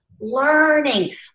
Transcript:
learning